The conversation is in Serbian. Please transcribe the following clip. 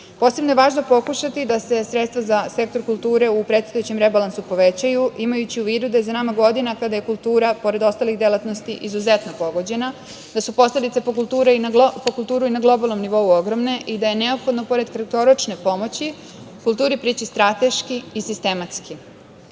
je važno pokušati da se sredstva za sektor kulture u predstojećem rebalansu povećaju, imajući u vidu da je za nama godina kada je kultura, pored ostalih delatnosti, izuzetno pogođena, da su posledice po kulturu i na globalnom nivou ogromne i da je neophodno, pored kratkoročne pomoći, kulturi prići strateški i sistematski.U